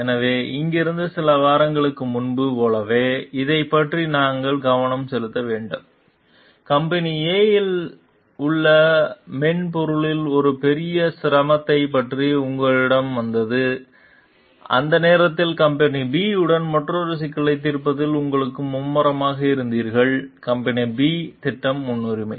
எனவே இங்கிருந்து சில வாரங்களுக்கு முன்பு போலவே இதைப் பற்றி நாங்கள் கவனம் செலுத்த வேண்டும் கம்பெனி A உங்கள் மென்பொருளில் ஒரு பெரிய சிரமத்தைப் பற்றி உங்களிடம் வந்தது அந்த நேரத்தில் கம்பெனி B உடன் மற்றொரு சிக்கலைத் தீர்ப்பதில் நீங்கள் மும்முரமாக இருந்தீர்கள் கம்பெனி B திட்டம் முன்னுரிமை